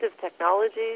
technologies